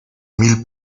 mil